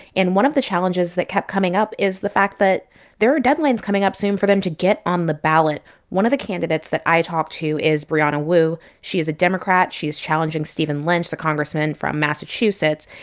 and one of the challenges that kept coming up is the fact that there are deadlines coming up soon for them to get on the ballot one of candidates that i talked to is brianna wu. she is a democrat. she's challenging stephen lynch, the congressman from massachusetts.